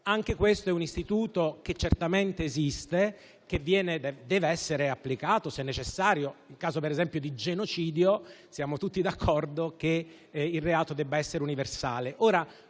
Anche questo è un istituto che certamente esiste, che dev'essere applicato se necessario (in caso per esempio di genocidio, siamo tutti d'accordo che il reato debba essere universale).